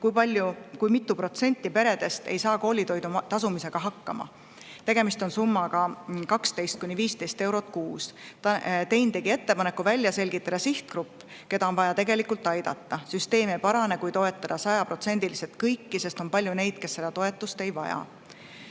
andmeid, kui mitu protsenti peredest ei saa koolitoidu eest tasumisega hakkama. Tegemist on summaga 12–15 eurot kuus. Tein tegi ettepaneku välja selgitada sihtgrupp, keda on vaja tegelikult aidata. Süsteem ei parane, kui toetada sajaprotsendiliselt kõiki, sest on palju neid, kes seda toetust ei vaja.